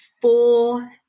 four